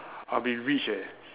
I'll be rich eh